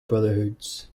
brotherhoods